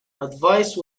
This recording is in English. advice